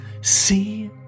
see